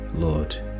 Lord